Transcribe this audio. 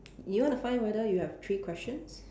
you want to find whether you have three questions